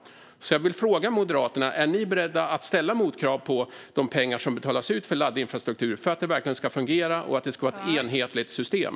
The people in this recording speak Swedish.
Jag vill fråga Moderaterna: Är ni beredda att ställa motkrav när pengar betalas ut för laddinfrastruktur på att det verkligen ska fungera och på att det ska finnas ett enhetligt system?